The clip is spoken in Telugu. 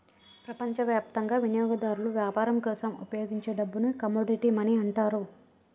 ప్రపంచవ్యాప్తంగా వినియోగదారులు వ్యాపారం కోసం ఉపయోగించే డబ్బుని కమోడిటీ మనీ అంటారు